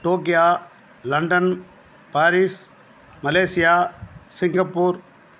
Tokyo London Paris Malaysia Singapore